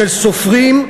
של סופרים,